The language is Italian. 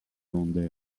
onde